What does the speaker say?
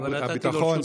כבר נתתי לו רשות דיבור.